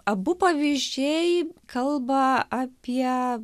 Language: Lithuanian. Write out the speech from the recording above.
abu pavyzdžiai kalba apie